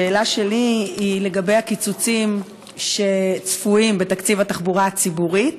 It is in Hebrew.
השאלה שלי היא לגבי הקיצוצים שצפויים בתקציב התחבורה הציבורית,